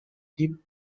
deep